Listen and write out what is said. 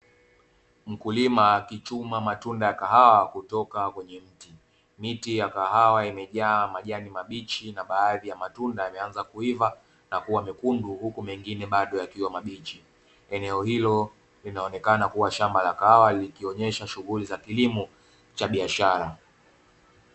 Mkulima akichuma matunda ya kahawa kutoka kwenye mti. Miti ya kahawa imejaa majani mabichi na baadhi ya matunda yameanza kuiva na kuwa mekundu huku mengine bado yakiwa mabichi eneo hilo linaonekana kuwa ni shamba la kahawa likionyesha shughuli za kilimo cha biashara.